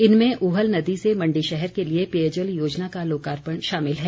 इनमें उहल नदी से मंडी शहर के लिए पेयजल योजना का लोकार्पण शामिल है